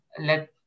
let